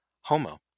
Homo